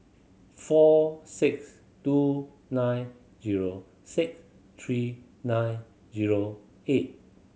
four six two nine zero six three nine zero eight